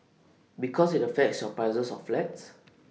because IT affects your prices of flats